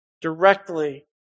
directly